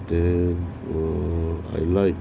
then I like